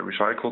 recycled